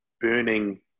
burning